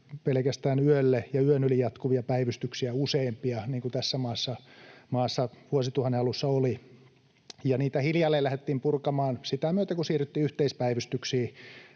pelkästään yölle ja yön yli jatkuvia päivystyksiä useimpia, niin kuin tässä samassa maassa vuosituhannen alussa oli, ja niitä hiljalleen lähdettiin purkamaan sitä myötä, kun siirryttiin yhteispäivystyksiin